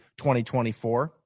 2024